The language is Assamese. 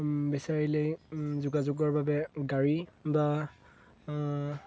বিচাৰিলেই যোগাযোগৰ বাবে গাড়ী বা